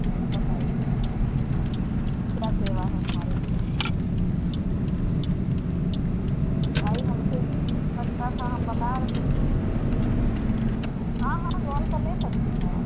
आप बताइए क्या सेवा है हमारे लिए वह भाई हमसे पत्ता सा बता रहे हैं हाँ हाँ लोन पर ले सकती हैं आप